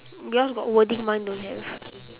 yours got wording mine don't have